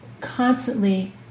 constantly